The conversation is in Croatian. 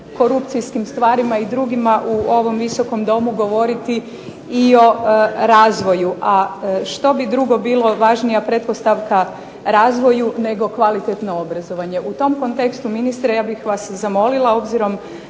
korupcijskim stvarima i drugima u ovom Visokom domu govoriti i o razvoju, a što bi drugo bilo važnija pretpostavka razvoju nego kvalitetno obrazovanje. U tom kontekstu ministre, ja bih vas zamolila obzirom